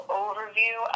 overview